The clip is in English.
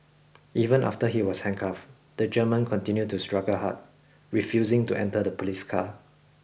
even after he was handcuffed the German continued to struggle hard refusing to enter the police car